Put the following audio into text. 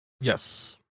Yes